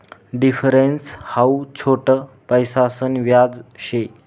difference हाऊ छोट पैसासन व्याज शे